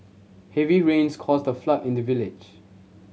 heavy rains caused the flood in the village